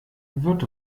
wird